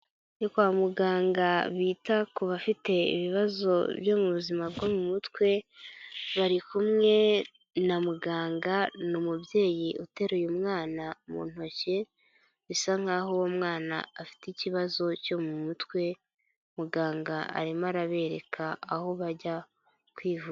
Ni kwa muganga bita ku bafite ibibazo byo mu buzima bwo mu mutwe, bari kumwe na muganga, ni umubyeyi uteruye umwanawana mu ntoki, bisa nk'aho uwo mwana afite ikibazo cyo mu mutwe, muganga arimo arabereka aho bajya kwivuzavuriza.